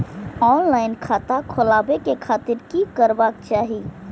Online खाता खोलाबे के खातिर कि करबाक चाही?